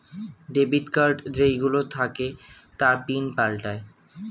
debit card যেই গুলো থাকে তার পিন পাল্টায়ে